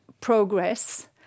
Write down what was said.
progress